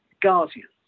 guardians